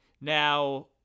Now